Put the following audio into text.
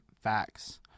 facts